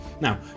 Now